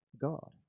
God